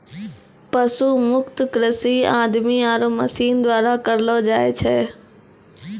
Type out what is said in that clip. पशु मुक्त कृषि आदमी आरो मशीन द्वारा करलो जाय छै